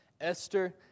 Esther